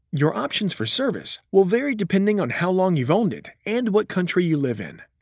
your options for service will vary depending on how long you've owned it and what country you live in.